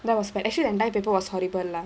that was bad actually the entire paper was horrible lah